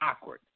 awkward